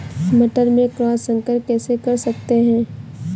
मटर में क्रॉस संकर कैसे कर सकते हैं?